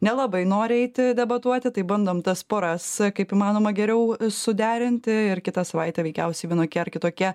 nelabai nori eiti debatuoti tai bandom tas poras kaip įmanoma geriau suderinti ir kitą savaitę veikiausiai vienokie ar kitokie